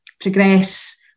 progress